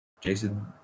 Jason